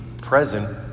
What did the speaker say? present